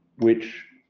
which,